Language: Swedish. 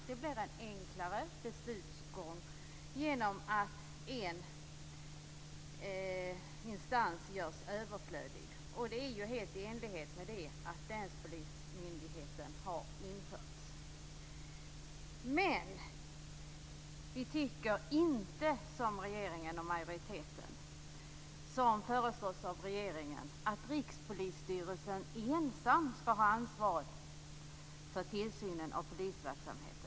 Det blir en enklare beslutsgång genom att en instans görs överflödig. Det är helt i enlighet med införandet av länspolismyndigheten. Miljöpartiet tycker inte som regeringen och majoriteten att Rikspolisstyrelsen ensam skall ha ansvaret för tillsynen av polisverksamheten.